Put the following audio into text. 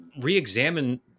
re-examine